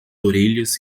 orelhas